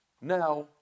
Now